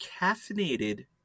caffeinated